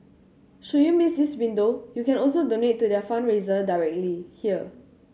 should you miss this window you can also donate to their fundraiser directly here